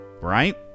right